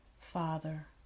Father